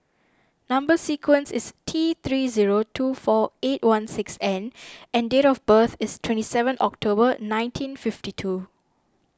Number Sequence is T three zero two four eight one six N and date of birth is twenty seven October nineteen fifty two